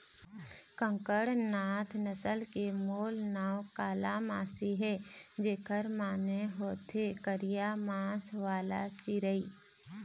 कड़कनाथ नसल के मूल नांव कालामासी हे, जेखर माने होथे करिया मांस वाला चिरई